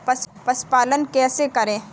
पशुपालन कैसे करें?